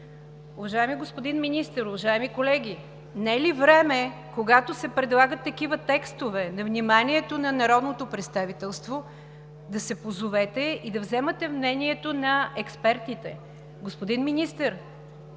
Уважаеми господин Министър, уважаеми колеги, не е ли време, когато се предлагат такива текстове на вниманието на народното представителство, да се позовете и да вземате мнението на експертите? Господин Министър,